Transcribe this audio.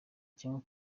cyangwa